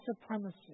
supremacy